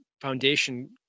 foundation